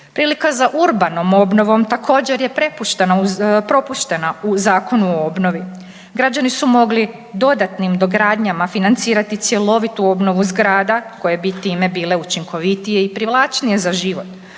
Prilika za urbanom obnovom također je prepuštena, propuštena u Zakonu o obnovi. Građani su mogli dodatnim dogradnjama financirati cjelovitu obnovu zgrada koje bi time bile učinkovitije i privlačnije za život.